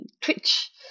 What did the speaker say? Twitch